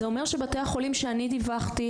זה אומר שבתי החולים שאני דיווחתי,